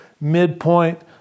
midpoint